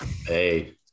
Hey